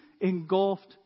engulfed